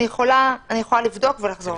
אני יכולה לבדוק ולחזור אליכם.